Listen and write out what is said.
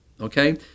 Okay